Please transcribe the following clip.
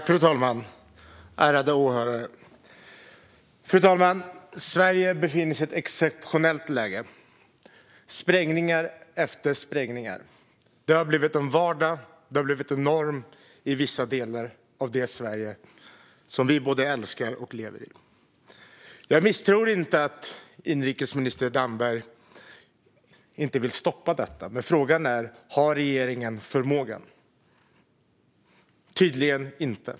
Fru talman och ärade åhörare! Sverige befinner sig i ett exceptionellt läge. Det är sprängning efter sprängning. Det har blivit vardag och norm i vissa delar av det Sverige som vi både älskar och lever i. Jag misstror inte att inrikesminister Damberg vill stoppa detta, men frågan är om regeringen har förmågan. Tydligen inte.